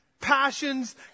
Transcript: passions